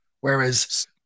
Whereas